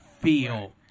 feel